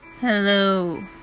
Hello